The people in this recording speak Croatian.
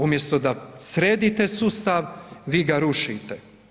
Umjesto da sredite sustav, vi ga rušite.